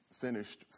finished